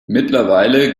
mittlerweile